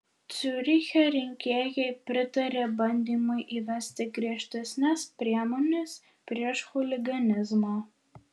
ciuriche rinkėjai pritarė bandymui įvesti griežtesnes priemones prieš chuliganizmą